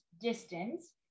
distance